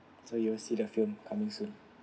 so you will see the film coming soon